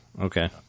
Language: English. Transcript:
okay